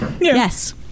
yes